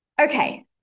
Okay